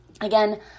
Again